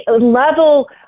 level